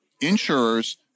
insurers